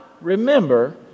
remember